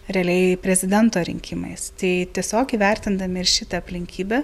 realiai prezidento rinkimais tai tiesiog įvertindami ir šitą aplinkybę